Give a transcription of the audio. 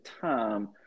time